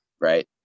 right